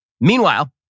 Meanwhile